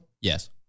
Yes